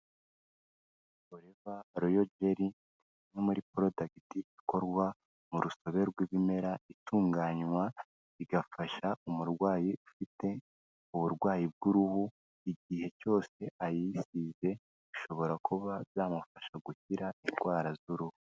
Forever royal jelly, imwe muri producti ikorwa mu rusobe rw'ibimera, itunganywa igafasha umurwayi ufite uburwayi bw'uruhu, igihe cyose ayisize, bishobora kuba byamufasha gukira indwara z'uruhu.